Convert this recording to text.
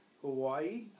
Hawaii